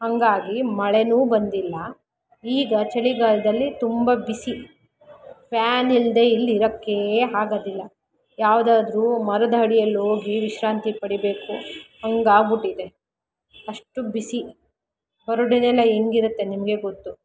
ಹಾಗಾಗಿ ಮಳೇನೂ ಬಂದಿಲ್ಲ ಈಗ ಚಳಿಗಾಲದಲ್ಲಿ ತುಂಬ ಬಿಸಿ ಫ್ಯಾನಿಲ್ಲದೆ ಇಲ್ಲಿರೋಕ್ಕೇ ಆಗದಿಲ್ಲ ಯಾವುದಾದ್ರೂ ಮರದಡಿಯಲ್ಲೋಗಿ ವಿಶ್ರಾಂತಿ ಪಡಿಬೇಕು ಹಾಗಾಗ್ಬುಟ್ಟಿದೆ ಅಷ್ಟು ಬಿಸಿ ಬರಡು ನೆಲ ಹೆಂಗಿರುತ್ತೆ ನಿಮಗೇ ಗೊತ್ತು